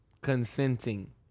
Consenting